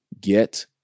get